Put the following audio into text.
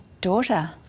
daughter